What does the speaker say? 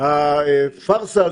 הפארסה הזו,